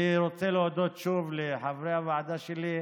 אני רוצה להודות שוב לחברי הוועדה שלי.